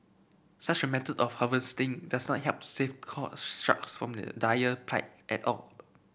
such a method of harvesting does not help to save sharks from their dire plight at all